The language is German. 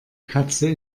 katze